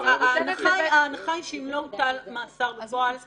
אבל ההנחה היא שאם לא הוטל מאסר בפועל אז